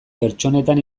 pertsonetan